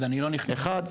אחד,